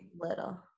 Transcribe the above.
little